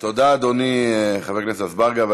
תודה, אדוני, חבר הכנסת אזברגה.